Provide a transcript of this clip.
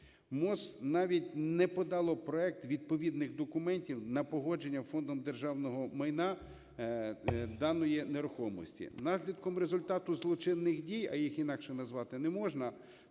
МОЗ навіть не подало проект відповідних документів на погодження Фондом державного майна даної нерухомості. Наслідком результату злочинних дій, а їх інакше назвати не можна,